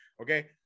Okay